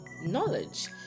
knowledge